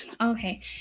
Okay